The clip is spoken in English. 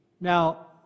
Now